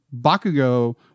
Bakugo